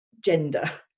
gender